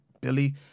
Billy